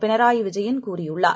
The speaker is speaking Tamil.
பினராயிவிஜயன்கூறியுள்ளார்